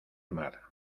mar